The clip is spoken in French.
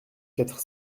quatre